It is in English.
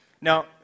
Now